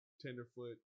tenderfoot